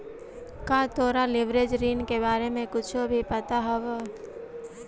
का तोरा लिवरेज ऋण के बारे में कुछो भी पता हवऽ?